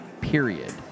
period